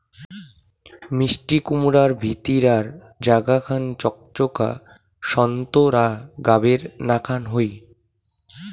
মিষ্টিকুমড়ার ভিতিরার জাগা খান চকচকা সোন্তোরা গাবের নাকান হই